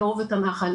לאהוב את הנחל.